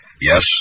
yes